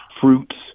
fruits